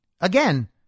again